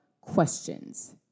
questions